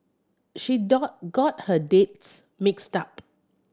she got her dates mixed up